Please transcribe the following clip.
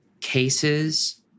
cases